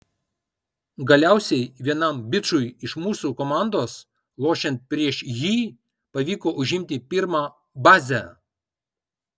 galiausiai vienam bičui iš mūsų komandos lošiant prieš jį pavyko užimti pirmą bazę